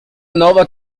nova